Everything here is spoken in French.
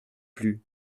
plus